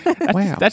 wow